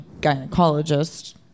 gynecologist